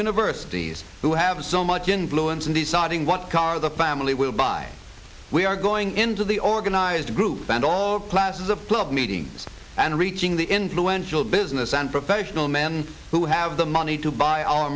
universities who have so much influence in deciding what car the family will buy we are going into the organized groups and all classes of club meetings and reaching the influential business and professional men who have the money to buy our